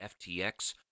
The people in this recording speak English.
FTX